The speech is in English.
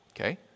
Okay